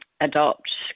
adopt